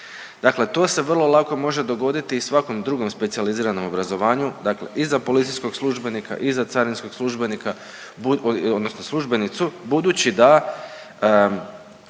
dakle to se vrlo lako može dogoditi i u svakom drugom specijaliziranom obrazovanju, dakle i za policijskog službenika i za carinskog službenika odnosno